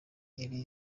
iri